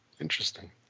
Interesting